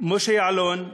משה יעלון,